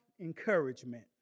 encouragement